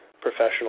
professional